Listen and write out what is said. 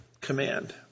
command